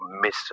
Miss